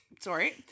Sorry